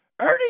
Ernie